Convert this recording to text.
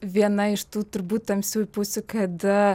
viena iš tų turbūt tamsiųjų pusių kada